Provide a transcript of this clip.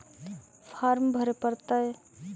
Farm भरे परतय?